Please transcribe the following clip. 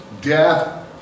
death